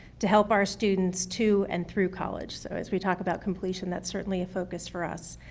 to help our students to and through college. so, as we talk about completion, that's certainly a focus for us.